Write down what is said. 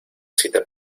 cita